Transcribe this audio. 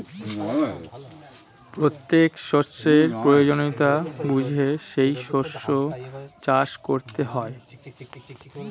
প্রত্যেক শস্যের প্রয়োজনীয়তা বুঝে সেই শস্য চাষ করতে হয়